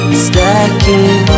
stacking